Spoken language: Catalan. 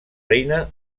reina